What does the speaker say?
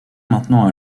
maintenant